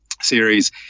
series